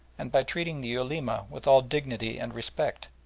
and by treating the ulema with all dignity and respect.